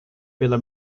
pela